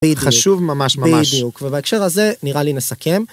חשוב ממש בדיוק ובהקשר הזה נראה לי נסכם.